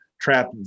trap